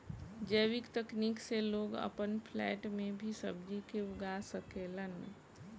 जैविक तकनीक से लोग आपन फ्लैट में भी सब्जी के उगा सकेलन